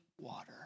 water